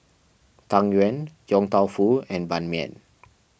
Tang Yuen Yong Tau Foo and Ban Mian